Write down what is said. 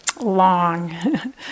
long